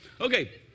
Okay